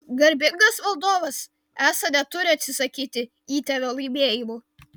garbingas valdovas esą neturi atsisakyti įtėvio laimėjimų